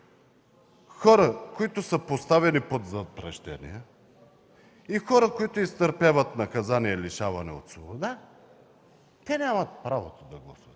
хора, които са поставени под запрещение и хора, които изтърпяват наказание лишаване от свобода, нямат право да гласуват.